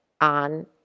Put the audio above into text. on